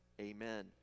Amen